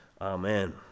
Amen